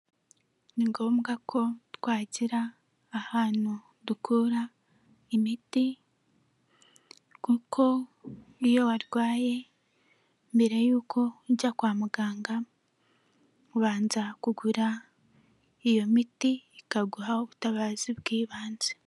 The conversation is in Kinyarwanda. Ni ngombwa ko twagira ahantu dukura imiti kuko iyo warwaye mbere y'uko ujya kwa muganga ubanza kugura iyo miti ikaguha ubutabazi bw'ibanze.